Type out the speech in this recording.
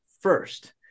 first